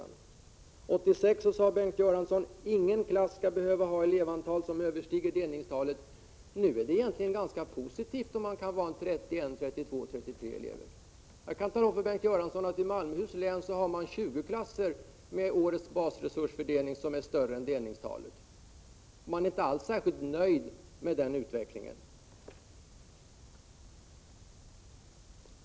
År 1986 sade Bengt Göransson att inga klasser skall behöva ha ett elevantal som överstiger delningstalet. Nu verkar han egentligen tycka att det är ganska positivt att det kan vara 31, 32 eller 33 elever i en klass. I Malmöhus län har man 20 klasser med årets basresursfördelning som är större än delningstalet. Man är inte särskilt nöjd med den utvecklingen.